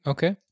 Okay